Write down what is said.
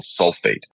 sulfate